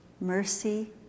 mercy